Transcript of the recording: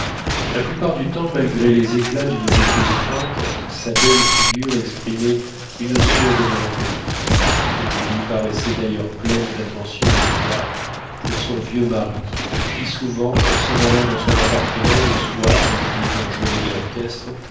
la plupart du temps malgré les éclats d'une gaieté feinte sa belle figure exprimait une sourde mélancolie émilie paraissait d'ailleurs pleine d'attentions et d'égards pour son vieux mari qui souvent en s'en allant dans son appartement le soir au bruit d'un joyeux orchestre